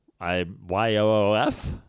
I-Y-O-O-F